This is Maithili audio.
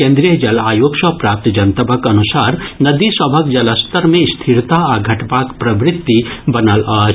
केन्द्रीय जल आयोग सँ प्राप्त जनतबक अनुसार नदी सभक जलस्तर मे स्थिरता आ घटबाक प्रवृत्ति बनल अछि